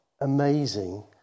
amazing